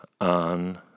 on